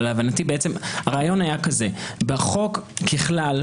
הרעיון היה כזה - בחוק ככלל,